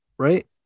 right